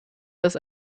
dass